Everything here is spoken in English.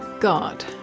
God